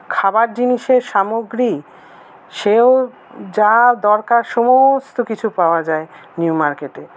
খাবার জিনিসের সামগ্রী সেও যা দরকার সমস্ত কিছু পাওয়া যায় নিউ মার্কেটে